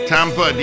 Tampa